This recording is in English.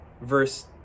Verse